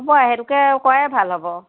হ'ব সেইটোকে কৰাই ভাল হ'ব